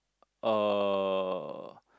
uh